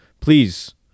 please